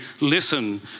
listen